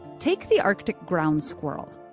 take the arctic ground squirrel.